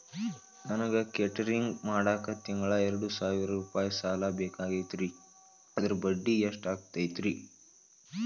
ನನಗ ಕೇಟರಿಂಗ್ ಮಾಡಾಕ್ ತಿಂಗಳಾ ಎರಡು ಸಾವಿರ ರೂಪಾಯಿ ಸಾಲ ಬೇಕಾಗೈತರಿ ಅದರ ಬಡ್ಡಿ ಎಷ್ಟ ಆಗತೈತ್ರಿ?